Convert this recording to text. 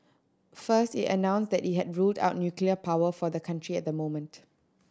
first it announced that it had ruled out nuclear power for the country at the moment